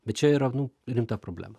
bet čia yra nu rimta problema